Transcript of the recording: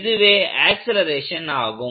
இதுவே ஆக்சலேரேஷன் ஆகும்